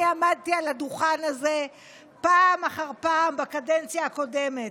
אני עמדתי על הדוכן הזה פעם אחר פעם בקדנציה הקודמת,